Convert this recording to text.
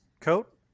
coat